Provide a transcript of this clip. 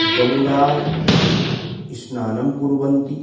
गङ्गा स्नानं कुर्वन्ति